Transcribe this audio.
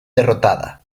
derrotada